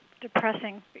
depressing